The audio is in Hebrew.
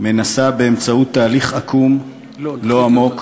מנסה באמצעות תהליך עקום, לא עמוק,